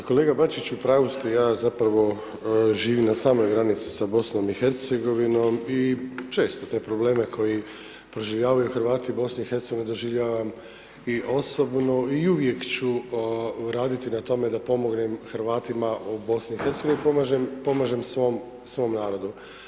Dakle, kolega Bačiću, u pravu ste, ja zapravo živim na samoj granici sa BiH i često te probleme koji proživljavaju Hrvati BiH doživljavam i osobno i uvijek ću raditi na tome da pomognem Hrvatima u BiH, pomažem svom narodu.